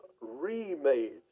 remade